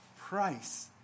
price